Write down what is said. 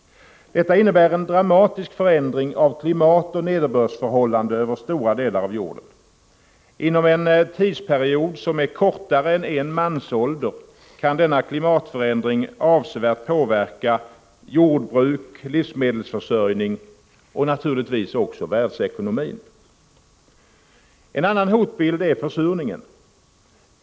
Detta innebär en dramatisk förändring av klimat och nederbördsförhållanden över stora delar av jorden. Inom en tidsperiod som är kortare än en mansålder kan denna klimatförändring avsevärt påverka jordbruket och livsmedelsförsörjningen och naturligtvis också världsekonomin. En annan hotbild är försurningen.